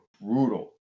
brutal